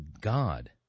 god